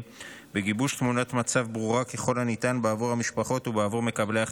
בגיבוש תמונת מצב ברורה ככל הניתן בעבור המשפחות ובעבור מקבלי ההחלטות.